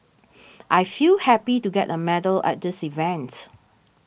I feel happy to get a medal at this event